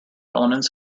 elements